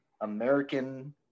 american